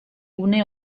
gune